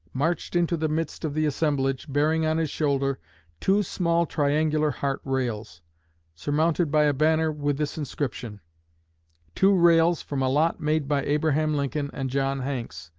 marched into the midst of the assemblage, bearing on his shoulder two small triangular heart rails surmounted by a banner with this inscription two rails from a lot made by abraham lincoln and john hanks,